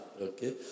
okay